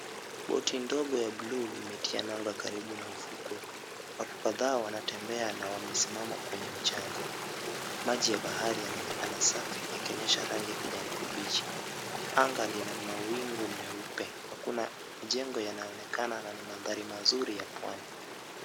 Boti ndogo ya buluu imetia nanga karibu na ufukwe. Watu kadhaa wanatembea na wamesimama kwenye mchanga. Maji ya bahari yanaonekana safi yakionyesha rangi ya kijani kibichi. Anga lina mawingu meupe na kuna jengo yanaonekana na ni mandhari mazuri ya pwani.